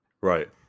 Right